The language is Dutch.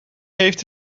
heeft